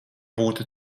būtu